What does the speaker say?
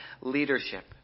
leadership